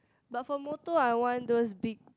but for motor I want those big